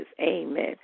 amen